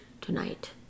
tonight